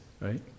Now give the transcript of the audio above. right